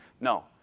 No